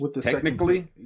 technically